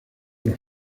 los